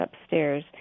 upstairs